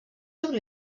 obrir